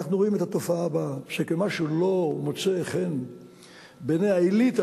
אנחנו רואים את התופעה הבאה: מה שלא מוצא חן בעיני האליטה,